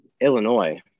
Illinois